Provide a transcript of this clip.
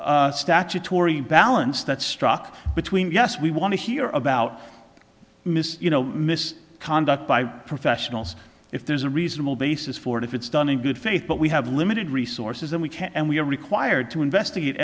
entire statutory balance that struck between us we want to hear about you know miss conduct by professionals if there's a reasonable basis for it if it's done in good faith but we have limited resources and we can't and we are required to investigate